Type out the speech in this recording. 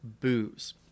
booze